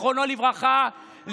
זיכרונו לברכה,